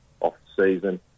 off-season